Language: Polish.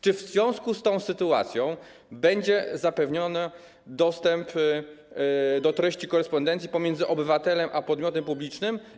Czy w związku z tą sytuacją będzie zapewniony dostęp do treści korespondencji pomiędzy obywatelem a podmiotem publicznym?